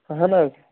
اہن حظ